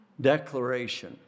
declaration